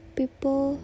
people